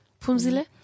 Pumzile